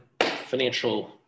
financial